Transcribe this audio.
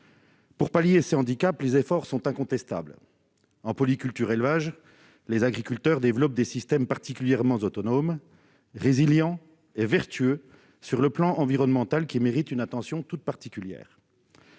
Pour pallier ces handicaps, les efforts sont incontestables. En polyculture-élevage, les agriculteurs développent des systèmes particulièrement autonomes, résilients et vertueux sur le plan environnemental, qui méritent une attention toute particulière.